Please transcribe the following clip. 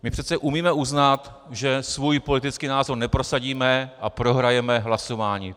My přece umíme uznat, že svůj politický názor neprosadíme a prohrajeme hlasování.